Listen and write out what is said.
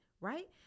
right